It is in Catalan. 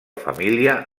família